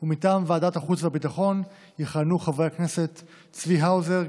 מטעם ועדת החוץ והביטחון יכהנו חברי הכנסת צבי האוזר,